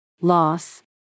Loss